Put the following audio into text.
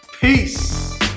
Peace